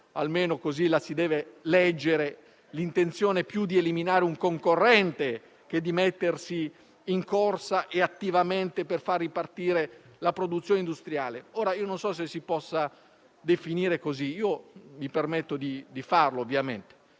almeno così la si deve leggere - l'intenzione più di eliminare un concorrente, che di mettersi in corsa attivamente per far ripartire la produzione industriale. Non so se si possa definire così, ma io mi permetto di chiamarlo